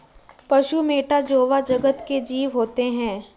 पशु मैटा जोवा जगत के जीव होते हैं